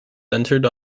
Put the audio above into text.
centred